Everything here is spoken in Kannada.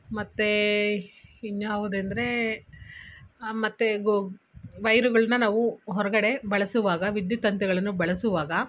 ಮತ್ತು ಇನ್ಯಾವುದೆಂದರೆ ಮತ್ತೆ ಗೊ ವೈರ್ಗಳನ್ನ ನಾವು ಹೊರಗಡೆ ಬಳಸುವಾಗ ವಿದ್ಯುತ್ ತಂತಿಗಳನ್ನು ಬಳಸುವಾಗ